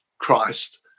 Christ